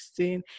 16